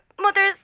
Mothers